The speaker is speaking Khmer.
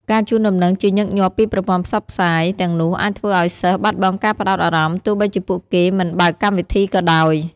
ការជូនដំណឹងជាញឹកញាប់ពីប្រព័ន្ធផ្សព្វផ្សាយទាំងនោះអាចធ្វើឱ្យសិស្សបាត់បង់ការផ្តោតអារម្មណ៍ ទោះបីជាពួកគេមិនបើកកម្មវិធីក៏ដោយ។